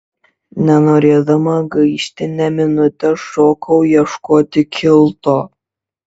nenorėdama gaišti nė minutės šokau ieškoti kilto